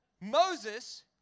Moses